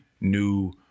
New